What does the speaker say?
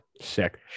Sick